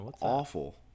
awful